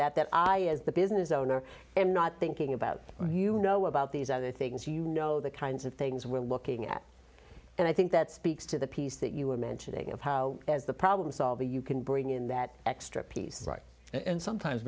that that i as the business owner am not thinking about you know about these other things you know the kinds of things we're looking at and i think that speaks to the piece that you were mentioning of how there's the problem solver you can bring in that extra piece right and sometimes